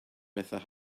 bethau